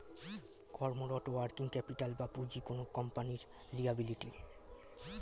কর্মরত working capital বা পুঁজি কোনো কোম্পানির লিয়াবিলিটি